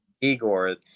Igor